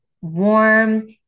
warm